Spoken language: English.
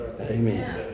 Amen